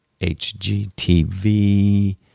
HGTV